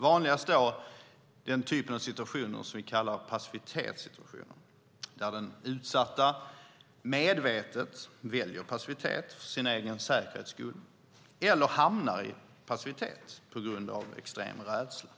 Vanligast var den typen av situationer som vi kallar passivitetssituationer, där den utsatta medvetet väljer passivitet för sin egen säkerhets skull eller hamnar i passivitet på grund av extrem rädsla.